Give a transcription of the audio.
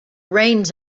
reins